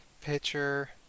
Pitcher